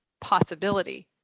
possibility